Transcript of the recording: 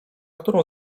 którą